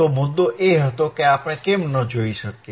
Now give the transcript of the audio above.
તો મુદ્દો એ હતો કે આપણે કેમ ન જોઈ શક્યા